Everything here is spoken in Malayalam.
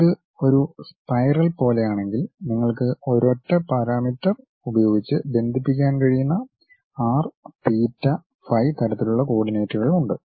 ഇത് ഒരു സ്പൈറൽ പോലെയാണെങ്കിൽ നിങ്ങൾക്ക് ഒരൊറ്റ പാരാമീറ്റർ ഉപയോഗിച്ച് ബന്ധിപ്പിക്കാൻ കഴിയുന്ന ആർ തീറ്റ ഫൈ തരത്തിലുള്ള കോർഡിനേറ്റുകൾ ഉണ്ട്